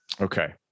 Okay